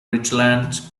richland